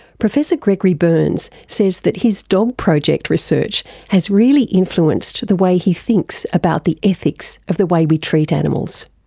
professor gregory berns says that his dog project research has really influenced the way he thinks about the ethics of the way we treat animals.